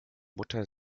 mutter